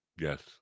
yes